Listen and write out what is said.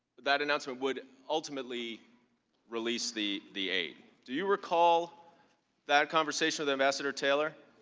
that announcement would ultimately release the the aide, do you recall that conversation with ambassador taylor?